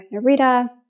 Narita